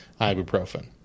ibuprofen